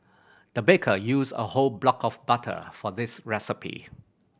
the baker used a whole block of butter for this recipe